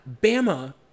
Bama